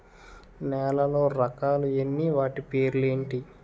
నేలలో రకాలు ఎన్ని వాటి పేర్లు ఏంటి?